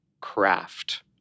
craft